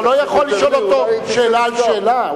אתה לא יכול לשאול אותו שאלה על שאלה,